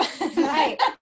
right